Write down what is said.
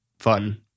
Fun